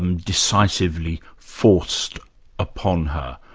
um decisively forced upon her,